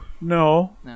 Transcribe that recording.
No